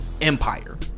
empire